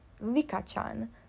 Lika-chan